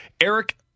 Eric